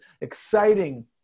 exciting